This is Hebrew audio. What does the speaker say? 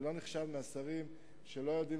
אני לא נחשב לאחד מהשרים שלא יודעים